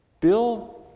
Bill